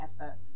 effort